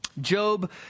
Job